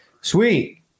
sweet